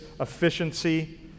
efficiency